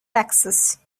taxes